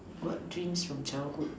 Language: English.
what dreams from childhood